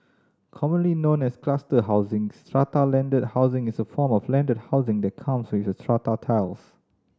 commonly known as cluster housing strata landed housing is a form of landed housing that comes with strata titles